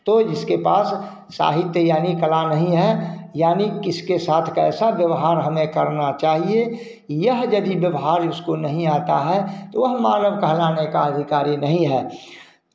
तो जिसके पास साहित्य यानि कला नहीं है यानि किसके साथ कैसा व्यवहार हमें करना चाहिए यह यदि व्यवहार उसको नहीं आता है तो वह मानव कहलाने का अधिकारी नहीं है